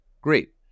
Great